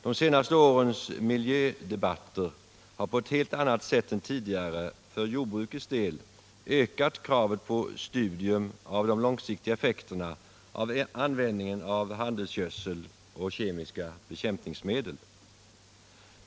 De senaste årens miljödebatter har på ett helt annat sätt än tidigare för jordbrukets del ökat kravet på studium av de långsiktiga effekterna av användningen av handelsgödsel och kemiska bekämpningsmedel.